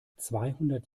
zweihundert